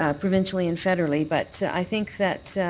ah provincially and federally. but i think that